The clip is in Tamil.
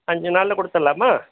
அஞ்சு நாளில் கொடுத்துட்லாமா